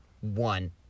one